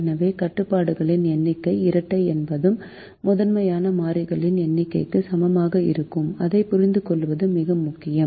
எனவே கட்டுப்பாடுகளின் எண்ணிக்கை இரட்டை என்பது முதன்மையான மாறிகளின் எண்ணிக்கைக்கு சமமாக இருக்கும் அதைப் புரிந்துகொள்வது மிக முக்கியம்